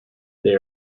they